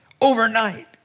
overnight